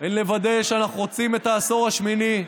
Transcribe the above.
הן לוודא שאנחנו רוצים את העשור השמיני,